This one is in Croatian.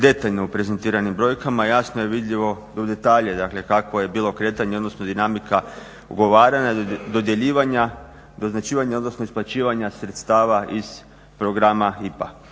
detaljno u prezentiranim brojkama jasno je vidljivo u detalje dakle kakvo je bilo kretanje odnosno dinamika ugovaranja, dodjeljivanja, doznačivanja odnosno isplaćivanja sredstava iz programa IPA.